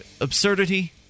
absurdity